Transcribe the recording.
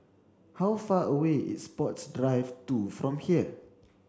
how far away is Sports Drive two from here